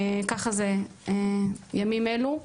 ככה זה בימים אלו.